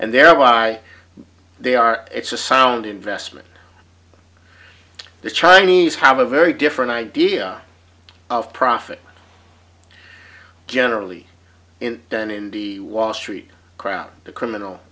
and thereby they are it's a sound investment the chinese have a very different idea of profit generally and then in the wall street crowd the criminal